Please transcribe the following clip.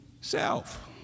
Self